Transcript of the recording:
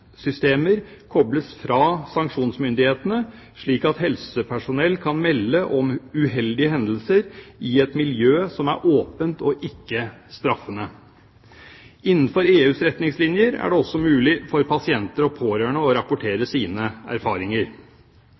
kobles fra sanksjonsmyndighetene, slik at helsepersonell kan melde om uheldige hendelser i et miljø som er åpent og ikke straffende. Innenfor EUs retningslinjer er det også mulig for pasienter og pårørende å rapportere sine erfaringer.